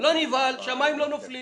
לא נבהל השמיים לא נופלים